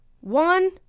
one